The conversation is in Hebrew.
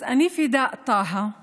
אז אני פידא טאהא